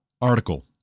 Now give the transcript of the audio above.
article